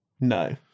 No